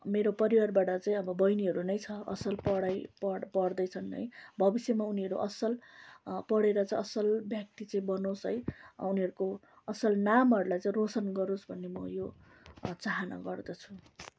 मेरो परिवारबाट चाहिँ बहिनीहरू नै छ असल पढाइ पढ्दैछन् है भविष्यमा उनीहरू असल पढेर चाहिँ असल ब्यक्ति चाहिँ बनोस् है उनीहरूको असल नामहरूलाई चाहिँ रोशन गरोस् भन्ने म यो चाहना गर्दछु